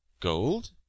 Gold